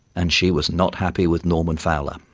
and she was not happy with norman fowler.